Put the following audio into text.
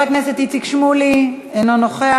חבר הכנסת איציק שמולי, אינו נוכח.